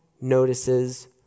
notices